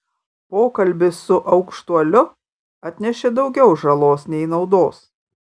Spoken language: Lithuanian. pokalbis su aukštuoliu atnešė daugiau žalos nei naudos